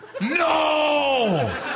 No